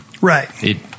Right